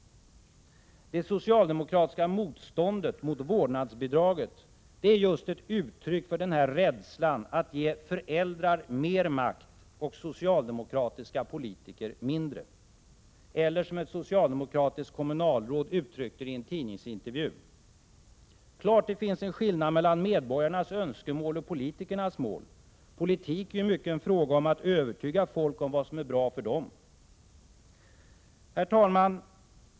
Det socialdemokratiska motståndet mot vårdnadsbidraget är just ett uttryck för denna rädsla att ge föräldrar mer makt och socialdemokratiska politiker mindre, eller som ett socialdemokratiskt kommunalråd uttryckte det i en tidningsintervju: ”Klart det finns en skillnad mellan medborgarnas önskemål och politikernas mål. Politik är ju mycket en fråga om att övertyga folk om vad som är bra för dem.” Herr talman!